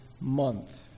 month